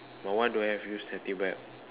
my one don't have use safety belt